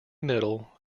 middle